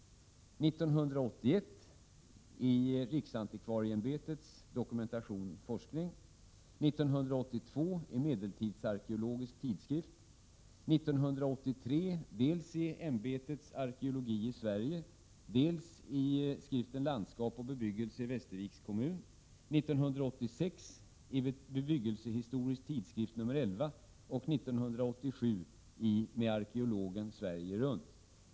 1981 publicerades det i riksantikvarieämbetets Dokumentation — forskning, 1982 i Medeltidsarkeologisk tidskrift, 1983 dels i ämbetets Arkeologi i Sverige, dels i skriften Landskap och bebyggelse i Västerviks kommun, 1986 i Bebyggelsehistorisk tidskrift nr 11 och 1987 i Med arkeologen Sverige runt.